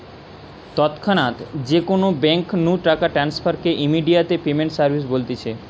তৎক্ষণাৎ যে কোনো বেঙ্ক নু টাকা ট্রান্সফার কে ইমেডিয়াতে পেমেন্ট সার্ভিস বলতিছে